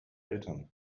eltern